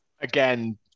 Again